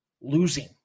Losing